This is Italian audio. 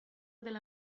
della